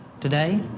today